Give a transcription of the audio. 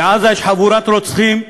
בעזה יש חבורת רוצחים,